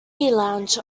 lounge